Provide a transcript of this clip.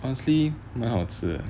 honestly 蛮好吃的